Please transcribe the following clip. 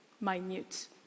minute